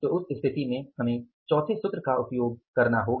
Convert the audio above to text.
तो उस स्थिति में हमें चौथे सूत्र का उपयोग करना होगा